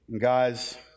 Guys